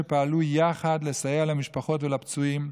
שפעלו יחד לסייע למשפחות ולפצועים.